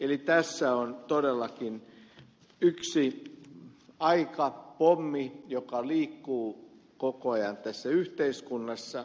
eli tässä on todellakin yksi aikapommi joka liikkuu koko ajan tässä yhteiskunnassa